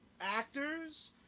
actors